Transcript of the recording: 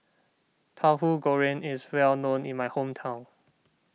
Tahu Goreng is well known in my hometown